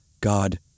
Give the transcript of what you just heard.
God